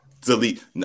delete